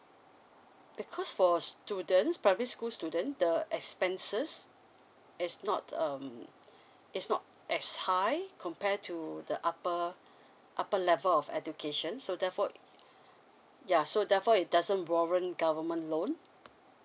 because for students primary school students the expenses is not um it's not as high compare to the upper upper level of education so therefore yeah so therefore it doesn't warrant government loan